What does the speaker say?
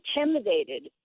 intimidated